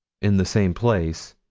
in the same place,